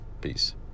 Peace